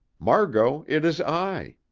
margot, it is i.